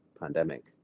pandemic